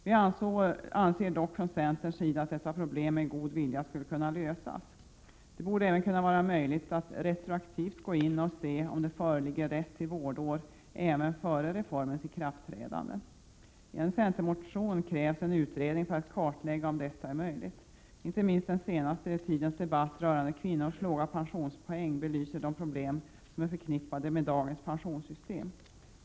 Vi anser dock från centerns sida att dessa problem skulle kunna lösas med god vilja. Det borde även kunna vara möjligt att retroaktivt gå in och se om det föreligger rätt till vårdår även före reformens ikraftträdande. I en centermotion krävs en utredning för att klarlägga om detta är möjligt. Inte minst den senaste tidens debatt rörande kvinnors låga pensionspoäng belyser de problem som är förknippade med dagens pensionssystem.